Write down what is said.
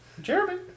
Jeremy